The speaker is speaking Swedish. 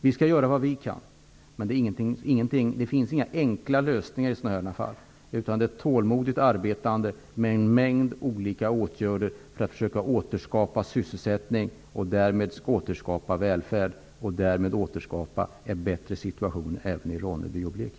Vi skall göra vad vi kan, men det finns inga enkla lösningar i sådana här fall. Det krävs ett tålmodigt arbetande med en mängd olika åtgärder för att försöka återskapa sysselsättning och välfärd och därmed återskapa en bättre situation även i